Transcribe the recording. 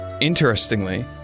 Interestingly